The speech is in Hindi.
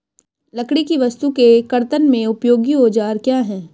लकड़ी की वस्तु के कर्तन में उपयोगी औजार क्या हैं?